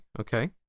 okay